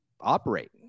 operate